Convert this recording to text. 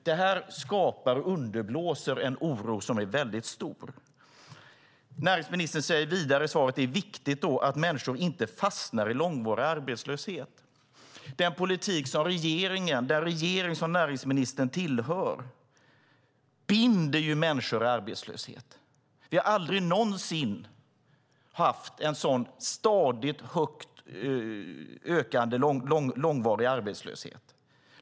Det här skapar och underblåser en väldigt stor oro. Vidare säger näringsministern i svaret att det är viktigt att människor inte fastnar i långvarig arbetslöshet. Men den politik som den regering som näringsministern tillhör för binder människor i arbetslöshet. Aldrig någonsin har vi haft en så stadigt ökande långvarig arbetslöshet.